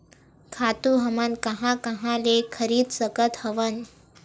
खातु हमन कहां कहा ले खरीद सकत हवन?